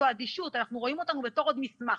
זו אדישות; רואים אותנו בתור עוד מסמך,